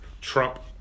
Trump